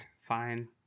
fine